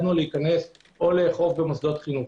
התנגדנו להיכנס או לאכוף במוסדות חינוך.